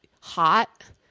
hot